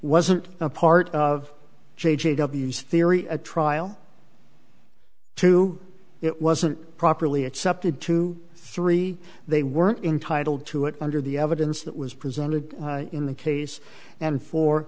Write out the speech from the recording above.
wasn't a part of j j w's theory a trial to it wasn't properly accepted to three they weren't entitled to it under the evidence that was presented in the case and for